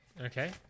Okay